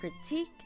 critique